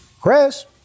Chris